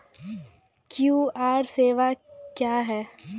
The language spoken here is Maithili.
क्यू.आर सेवा क्या हैं?